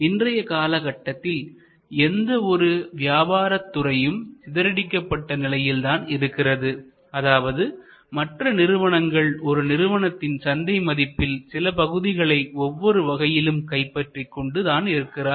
இன்றைய காலகட்டத்தில் எந்த ஒரு வியாபார துறையும் சிதறடிக்கப்பட்ட நிலையில்தான் இருக்கிறது அதாவது மற்ற நிறுவனங்கள் ஒரு நிறுவனத்தின் சந்தை மதிப்பில் சில பகுதிகளை ஒவ்வொரு வகையிலும் கைப்பற்றி கொண்டு தான் இருக்கிறார்கள்